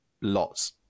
Lots